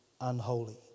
unholy